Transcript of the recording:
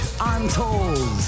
untold